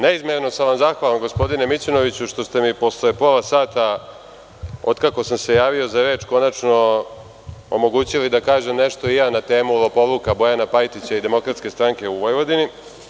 Neizmerno sam vam zahvalan, gospodine Mićunoviću, što ste mi posle pola sata od kako sam se javio za reč konačno omogućili da kažem nešto i ja na temu lopovluka Bojana Pajtića i DS u Vojvodini.